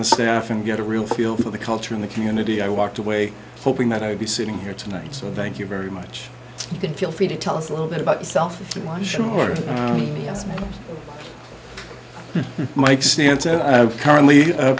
the staff and get a real feel for the culture in the community i walked away hoping that i would be sitting here tonight so thank you very much you can feel free to tell us a little bit about yourself why sure my experience currently